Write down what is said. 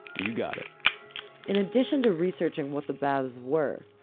you got it in addition to research and what the baths were,